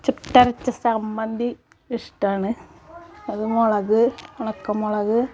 ചുട്ടരച്ച ചമ്മന്തി ഇഷ്ടമാണ് അത് മുളക് ഉണക്കമുളക്